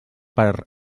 per